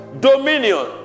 dominion